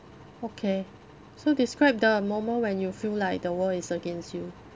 okay so describe the moment when you feel like the world is against you